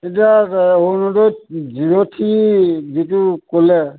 এতিয়া যে Orunodoi zero three যিটো ক'লে